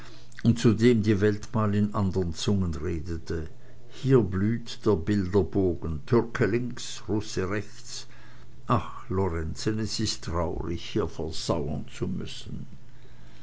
und zu dem die welt mal in andern zungen redete hier blüht der bilderbogen türke links russe rechts ach lorenzen es ist traurig hier versauern zu müssen